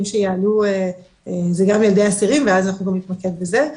שיעלו זה גם ילדי אסירים ואז גם אנחנו נתמקד בזה,